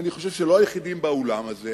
אני חושב שאנחנו לא היחידים באולם הזה